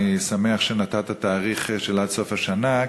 אני שמח שנתת תאריך עד סוף השנה,